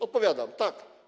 Odpowiadam, tak.